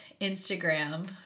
Instagram